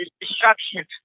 destruction